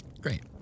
Great